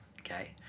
okay